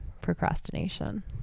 procrastination